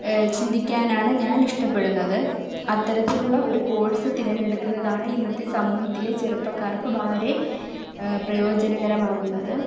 ചിന്തിക്കാനാണ് ഞാന് ഇഷ്ടപ്പെടുന്നത് അത്തരത്തിലുള്ള ഒരു കോഴ്സ് തിരഞ്ഞെടുക്കുന്നതാണ് ഇന്നത്തെ സമൂഹത്തിലെ ചെറുപ്പക്കാര്ക്ക് വളരെ പ്രയോജനകരമാകുന്നത്